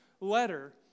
letter